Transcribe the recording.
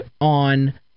on